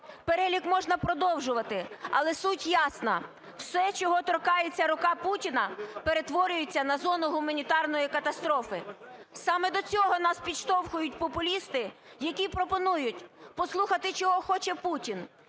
Перелік можна продовжувати, але суть ясна: все, чого торкається рука Путіна, перетворюється на зону гуманітарної катастрофи. Саме до цього наш підштовхують популісти, які пропонують послухати, чого хоче Путін,